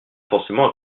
forcément